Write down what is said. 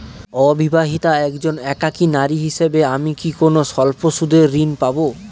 অবিবাহিতা একজন একাকী নারী হিসেবে আমি কি কোনো স্বল্প সুদের ঋণ পাব?